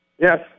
Yes